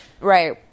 right